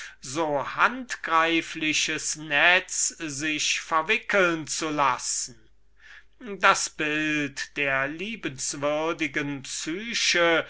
so handgreifliches netz sich verwickeln zu lassen das bild der liebenswürdigen psyche